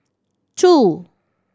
two